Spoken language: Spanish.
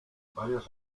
varios